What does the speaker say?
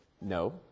No